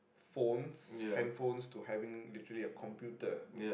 phone handphones to having literally a computer